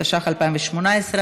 התשע"ח 2018,